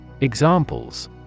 Examples